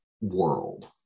world